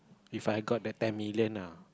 If I got the ten million ah